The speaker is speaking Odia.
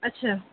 ଆଚ୍ଛା